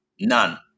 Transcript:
None